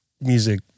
music